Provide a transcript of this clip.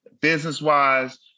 business-wise